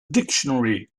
dictionary